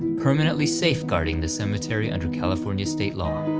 permanently safeguarding the cemetery under california state law.